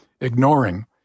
ignoring